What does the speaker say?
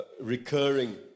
recurring